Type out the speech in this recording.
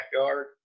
backyard